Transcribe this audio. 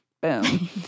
boom